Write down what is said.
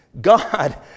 God